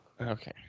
Okay